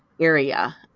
area